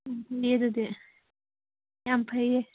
ꯎꯝ ꯐꯩꯌꯦ ꯑꯗꯨꯗꯤ ꯌꯥꯝ ꯐꯩꯌꯦ